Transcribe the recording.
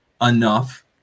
enough